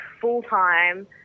full-time